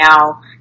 now